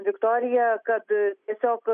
viktorija kad tiesiog